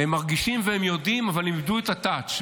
הם מרגישים והם יודעים אבל הם איבדו את הטאץ'.